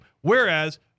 Whereas